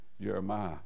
Jeremiah